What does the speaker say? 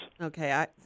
Okay